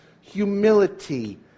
humility